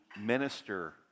minister